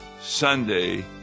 Sunday